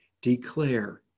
Declare